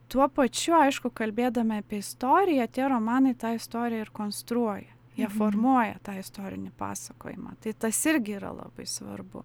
tuo pačiu aišku kalbėdami apie istoriją tie romanai tą istoriją ir konstruoja jie formuoja tą istorinį pasakojimą tai tas irgi yra labai svarbu